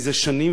ואתה עד לזה,